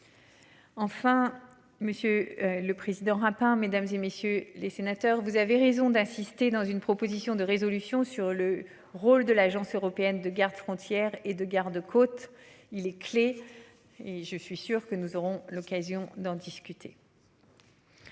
Enfin, Monsieur le Président Rapin mesdames et messieurs les sénateurs, vous avez raison d'insister dans une proposition de résolution sur le rôle de l'Agence européenne de frontières et de garde-côtes il les clés et je suis sûr que nous aurons l'occasion d'en discuter.